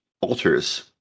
altars